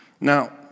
Now